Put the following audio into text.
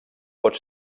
pot